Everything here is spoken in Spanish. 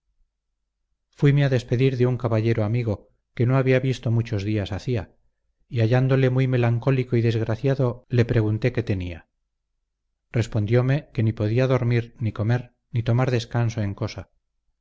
fuime a despedir de un caballero amigo que no había visto muchos días hacía y hallándole muy melancólico y desgraciado le pregunté qué tenía respondióme que ni podía dormir ni comer ni tomar descanso en cosa